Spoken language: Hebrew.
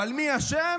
אבל מי אשם?